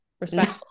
Respect